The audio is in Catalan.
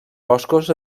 boscos